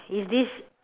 is this